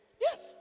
Yes